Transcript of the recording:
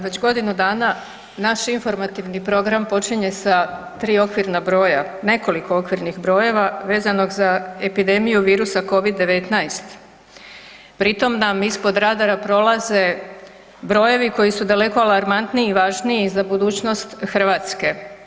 Već godinu dana naš Informativni program počinje sa tri okvirna broja, nekoliko okvirnih brojeva vezanog za epidemiju virusa covid-19, pri tom nam ispod radara prolaze brojevi koji su daleko alarmantniji i važniji za budućnost Hrvatske.